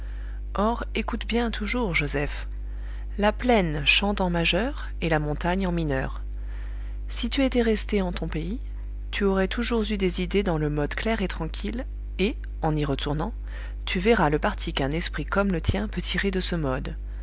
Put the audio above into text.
or écoute bien toujours joseph la plaine chante en majeur et la montagne en mineur si tu étais resté en ton pays tu aurais toujours eu des idées dans le mode clair et tranquille et en y retournant tu verras le parti qu'un esprit comme le tien peut tirer de ce mode